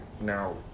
now